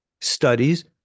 studies